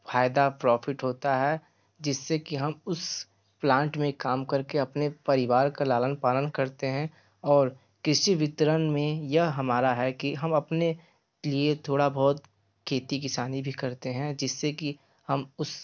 फ़ायदा प्रॉफ़िट होता है जिससे कि हम उस प्लांट में काम करके अपने परिवार का लालन पालन करते हैं और किसी वितरण में यह हमारा है कि हम अपने लिए थोड़ा बहुत खेती किसानी भी करते हैं जिससे कि हम उस